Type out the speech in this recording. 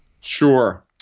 Sure